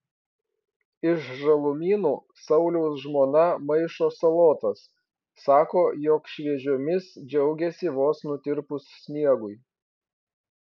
iš žalumynų sauliaus žmona maišo salotas sako jog šviežiomis džiaugiasi vos nutirpus sniegui